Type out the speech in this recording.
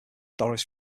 doris